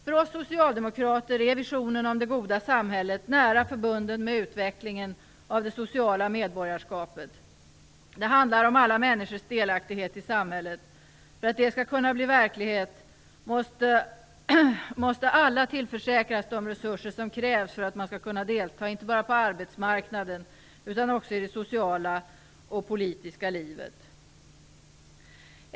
För oss socialdemokrater är visionen om det goda samhället nära förbunden med utvecklingen av det sociala medborgarskapet. Det handlar om alla människors delaktighet i samhället. För att det skall kunna bli verklighet måste alla tillförsäkras de resurser som krävs för att man skall kunna delta inte bara på arbetsmarknaden utan också i det sociala och politiska livet.